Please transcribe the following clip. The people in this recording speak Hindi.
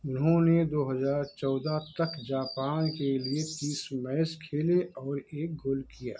उन्होंने दो हज़ार चौदह तक जापान के लिए तीस मैच खेले और एक गोल किया